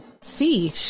see